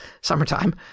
summertime